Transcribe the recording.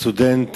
סטודנט